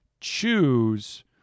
choose